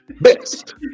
best